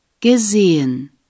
Gesehen